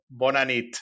bonanit